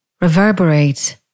reverberate